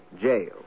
Jail